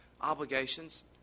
obligations